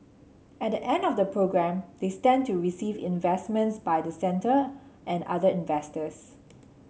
at the end of the programme they stand to receive investments by the centre and other investors